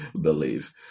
believe